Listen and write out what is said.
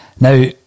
Now